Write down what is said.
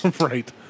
Right